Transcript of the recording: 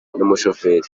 n’umushoferi